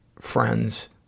friends